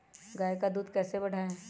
गाय का दूध कैसे बढ़ाये?